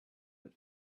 but